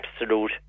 absolute